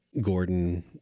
Gordon